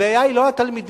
הבעיה היא לא התלמידים,